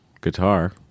guitar